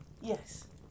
Yes